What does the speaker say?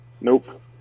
Nope